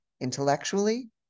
intellectually